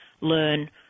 learn